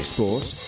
Sports